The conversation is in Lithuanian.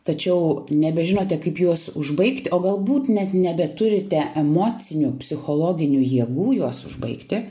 tačiau nebežinote kaip juos užbaigti o galbūt net nebeturite emocinių psichologinių jėgų juos užbaigti